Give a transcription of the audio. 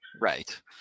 Right